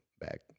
back